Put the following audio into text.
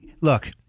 Look